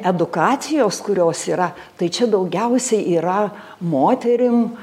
edukacijos kurios yra tai čia daugiausia yra moterim